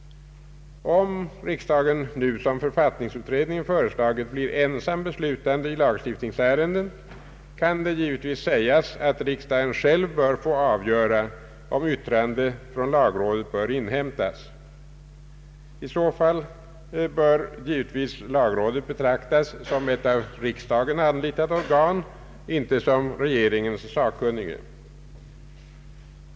Om riksdagen nu, som författningsutredningen föreslagit, blir ensam beslutande i lagstiftningsärenden, kan det givetvis sägas att riksdagen själv bör få avgöra om yttrande från lagrådet skall inhämtas. I så fall bör givetvis lagrådet betraktas som ett av riksdagen anlitat organ, inte som regeringens sakkunnige.